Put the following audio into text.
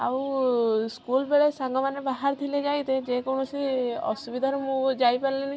ଆଉ ସ୍କୁଲ ବେଳେ ସାଙ୍ଗମାନେ ବାହାରିଥିଲେ ଯାଇତେ ଯେ କୌଣସି ଅସୁବିଧାରୁ ମୁଁ ଯାଇପାରିଲିନି